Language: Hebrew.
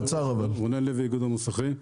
רונן לוי, איגוד המוסכים.